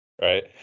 right